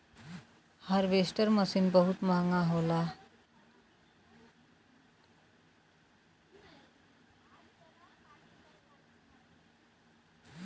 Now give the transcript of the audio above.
harvester machine बहुत महंगा होला